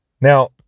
Now